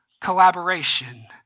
collaboration